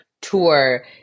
tour